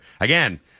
again